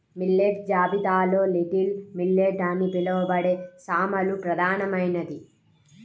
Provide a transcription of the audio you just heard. millet జాబితాలో little millet అని పిలవబడే సామలు ప్రధానమైనది